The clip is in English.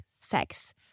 sex